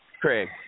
Craig